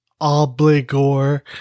obligor